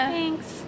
Thanks